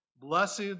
Blessed